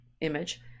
image